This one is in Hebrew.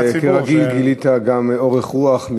וכרגיל גילית גם אורך רוח,